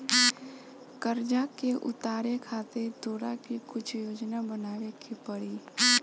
कर्जा के उतारे खातिर तोरा के कुछ योजना बनाबे के पड़ी